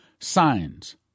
Signs